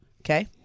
Okay